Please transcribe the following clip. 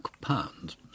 pounds